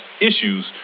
issues